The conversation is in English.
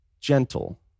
gentle